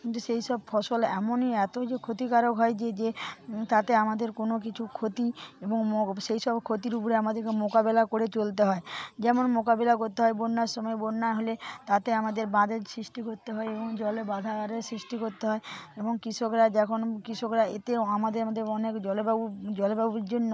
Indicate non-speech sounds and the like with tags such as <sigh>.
কিন্তু সেই সব ফসল এমনই এতই যে ক্ষতিকারক হয় যে যে তাতে আমাদের কোনো কিছু ক্ষতি এবং <unintelligible> সেই সব ক্ষতির উপরে আমাদেরকে মোকাবেলা করে চলতে হয় যেমন মোকাবেলা করতে হয় বন্যার সময় বন্যা হলে তাতে আমাদের বাঁধের সৃষ্টি করতে হয় এবং জলে বাঁধার সৃষ্টি করতে হয় এবং কৃষকরা যখন কৃষকরা এতে আমাদের আমাদের অনেক জলবায়ু জলবায়ুর জন্য